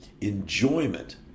enjoyment